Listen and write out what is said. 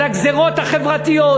על הגזירות החברתיות,